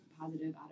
positive